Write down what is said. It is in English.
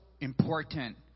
important